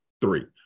three